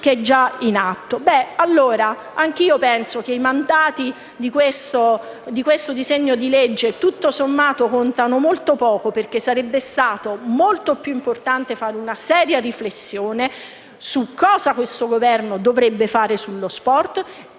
grazie a tutti